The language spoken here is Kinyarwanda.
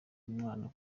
umwana